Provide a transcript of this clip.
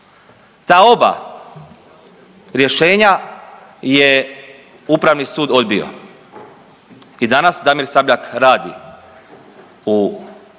Ta ova rješenja je Upravni sud odbio i danas Damir Sabljak radi u